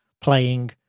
playing